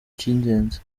cy’ingenzi